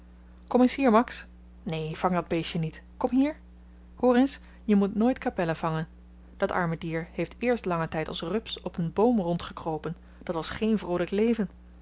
kom eens hier max neen vang dat beestje niet kom hier hoor eens je moet nooit kapellen vangen dat arme dier heeft eerst langen tyd als rups op een boom rondgekropen dat was geen vroolyk leven